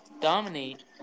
dominate